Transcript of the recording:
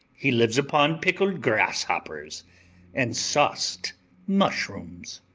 he lives upon pickled grasshoppers and sauced mushrooms.